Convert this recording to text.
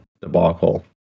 debacle